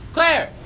Claire